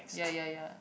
ya ya ya